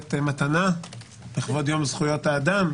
לכנסת אתמול מתנה לכבוד יום זכויות האדם,